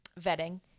vetting